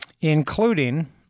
including